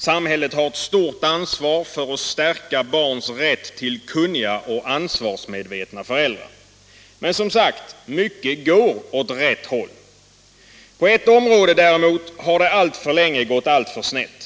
Samhället har ett stort ansvar för att stärka barns rätt till kunniga och ansvarsmedvetna föräldrar. Men, som sagt, mycket går åt rätt håll. På ett område, däremot, har det alltför länge gått alltför snett.